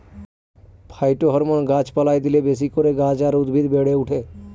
phytohormone গাছ পালায় দিলে বেশি করে গাছ আর উদ্ভিদ বেড়ে ওঠে